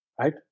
Right